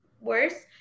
worse